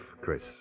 Chris